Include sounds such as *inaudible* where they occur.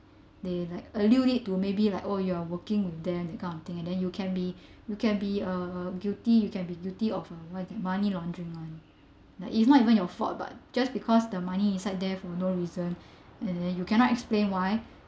they like allude it to maybe like oh you're working with them that kind of thing and then you can be *breath* you can be uh uh guilty you can be guilty of uh what is that money laundering [one] that it's not even your fault but just because the money is inside there for no reason *breath* and then you cannot explain why